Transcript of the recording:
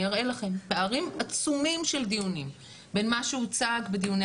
אני אראה לכם פערים עצומים בין מה שהוצג בדיוני